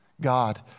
God